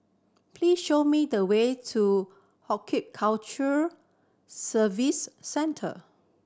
please show me the way to Horticulture Service Centre